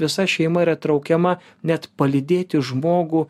visa šeima yra traukiama net palydėti žmogų